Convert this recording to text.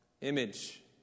Image